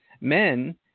Men